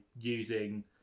using